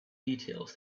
details